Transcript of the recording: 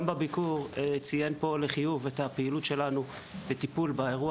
גם בסיור אופן הפעולה שלנו באותו אירוע